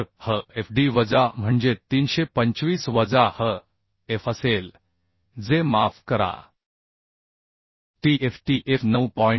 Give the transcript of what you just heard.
तर Hf D वजा म्हणजे 325 वजा Hf असेल जे माफ करा Tf Tf 9